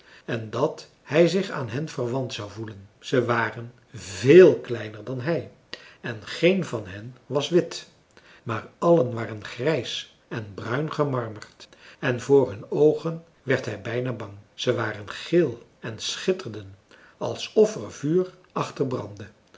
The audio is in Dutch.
en dat hij zich aan hen verwant zou voelen ze waren veel kleiner dan hij en geen van hen was wit maar allen waren grijs en bruin gemarmerd en voor hun oogen werd hij bijna bang ze waren geel en schitterden alsof er vuur achter brandde